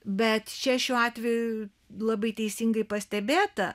bet čia šiuo atveju labai teisingai pastebėta